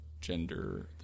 gender